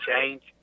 change